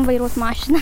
vairuot mašiną